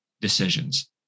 Decisions